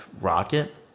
rocket